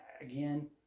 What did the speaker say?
again